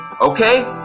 Okay